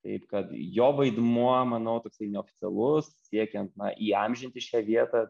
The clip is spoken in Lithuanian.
taip kad jo vaidmuo manau toksai neoficialus siekiant įamžinti šią vietą